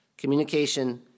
Communication